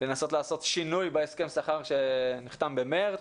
לנסות לעשות שינוי בהסכם השכר שנחתם במרץ.